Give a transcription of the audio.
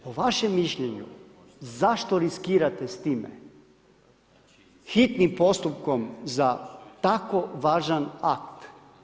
Po vašem mišljenju, zašto riskirati s time, hitnim postupkom za tako važan akt?